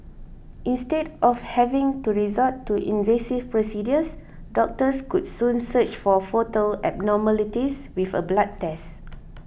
instead of having to resort to invasive procedures doctors could soon search for foetal abnormalities with a black test